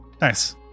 nice